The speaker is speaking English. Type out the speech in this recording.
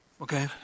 Okay